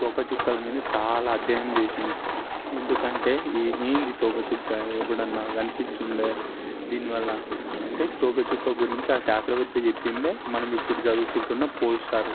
తోకచుక్కల మీద చాలా అధ్యయనం చేసిండు ఎందుకంటే ఏందీ ఈ తోకచుక్క ఎప్పుడన్నా కనిపించిందా దీనివల్ల అంటే తోకచుక్క గురించి ఆ శాస్త్రవేత్త చెప్పిందే మనం ఇప్పుడు చదువుకుంటున్నాం పోల్స్టారు